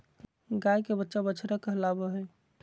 गाय के बच्चा बछड़ा कहलावय हय